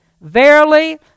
Verily